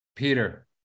Peter